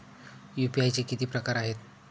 UPI चे किती प्रकार आहेत?